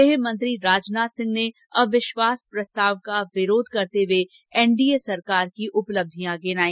गृह मंत्री राजनाथ सिंह ने अविश्वास प्रस्ताव का विरोध करते हुए एनडीए सरकार की उपंब्धियां गिनाई